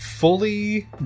Fully